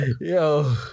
Yo